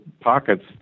pockets